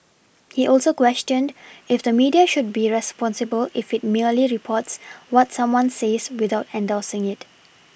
he also questioned if the media should be responsible if it merely reports what someone says without endorsing it